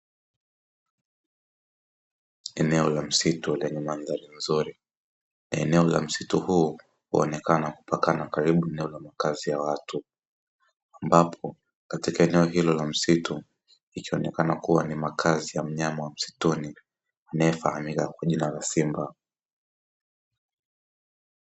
Eneo la msitu lenye mandhari nzuri, eneo la msitu huu huonekana kupakana karibu na eneo la makazi ya watu, ambapo katika eneo hilo la msitu ikionekana kuwa ni makazi ya mnyama wa msituni anayefahamika kwa jina la simba.